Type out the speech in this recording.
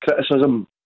criticism